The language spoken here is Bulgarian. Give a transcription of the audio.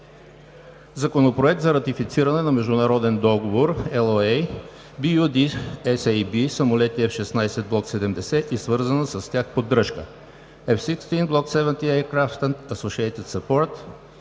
Законопроект за ратифициране на международен договор (LOA) BU-D-SAB „Самолети F-16 Block 70 и свързана с тях поддръжка“ (F-16 Block 70 aircraft and associated support),